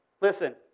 Listen